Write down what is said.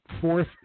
fourth